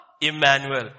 Emmanuel